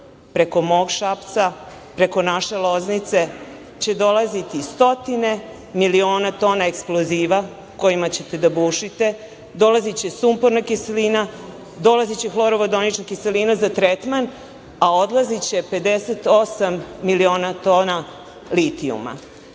preko mog Šapca, preko naše Loznice, će dolaziti stotine miliona tona eksploziva kojima ćete da bušite, dolaziće sumporna kiselina, dolaziće hlorovodonična kiselina za tretman, a odlaziće 58 miliona tona litijuma.